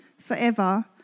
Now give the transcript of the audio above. forever